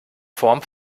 form